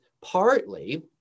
partly